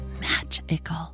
magical